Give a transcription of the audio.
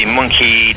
monkey